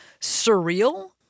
surreal